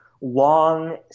long